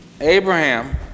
Abraham